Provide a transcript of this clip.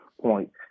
point